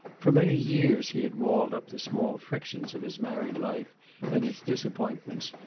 for many years he had walled up the small frictions of his married life and its disappointments,